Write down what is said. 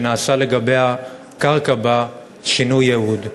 שנעשה לגבי הקרקע שם שינוי ייעוד?